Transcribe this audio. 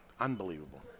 Unbelievable